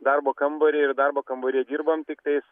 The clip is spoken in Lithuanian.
darbo kambarį ir darbo kambaryje dirbam tiktais